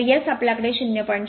तर s आपल्याकडे 0